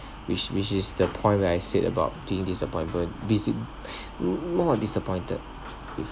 which which is the point where I said about being disappointment basi~ more of disappointed with